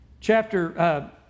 chapter